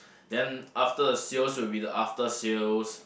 then after the sales will be the after sales